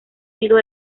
sido